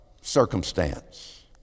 circumstance